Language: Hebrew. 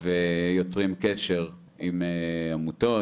הם יוצרים קשר עם עמותות,